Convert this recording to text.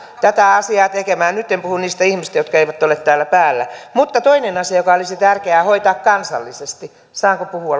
tätä asiaa tekemään nyt en puhu niistä ihmisistä jotka eivät ole täällä paikan päällä mutta toinen asia joka olisi tärkeää hoitaa kansallisesti saanko puhua